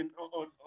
on